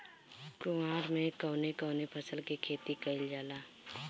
कुवार में कवने कवने फसल के खेती कयिल जाला?